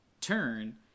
turn